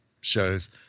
shows